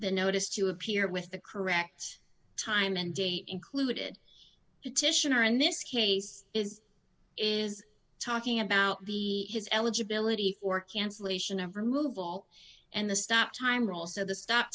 the notice to appear with the correct time and date included petitioner in this case is is talking about the his eligibility for cancellation of removal and the stop time rolls so the stop